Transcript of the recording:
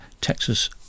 Texas